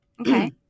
Okay